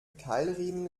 keilriemen